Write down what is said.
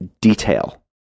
detail